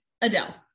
Adele